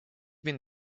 bin